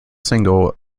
single